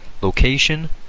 location